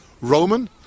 Roman